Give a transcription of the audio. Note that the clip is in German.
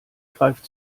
greift